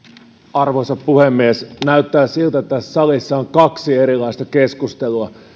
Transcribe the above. arvoisa puhemies näyttää siltä että tässä salissa on kaksi erilaista keskustelua